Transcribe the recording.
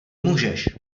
můžeš